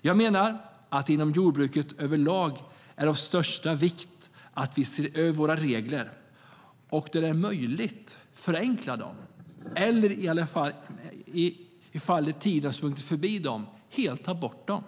Jag menar att det inom jordbruket överlag är av största vikt att vi ser över våra regler och att vi där det är möjligt förenklar dem eller, i de fall där tiden har sprungit förbi dem, helt tar bort dem.